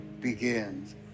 begins